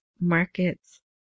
markets